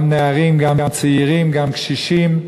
גם נערים, גם צעירים, גם קשישים,